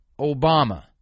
Obama